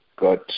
got